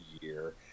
year